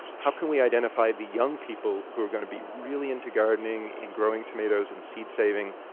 how can we identify the young people who are going to be really into gardening and growing tomatoes and seed saving?